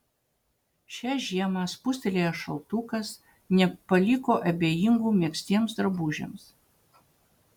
šią žiemą spustelėjęs šaltukas nepaliko abejingų megztiems drabužiams